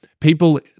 people